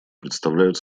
представляют